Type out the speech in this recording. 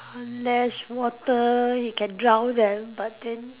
unless water you can drown them but then